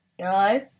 no